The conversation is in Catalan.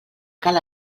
cal